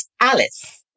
Alice